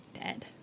Dead